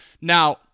now